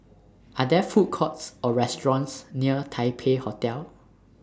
Are There Food Courts Or restaurants near Taipei Hotel